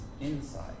inside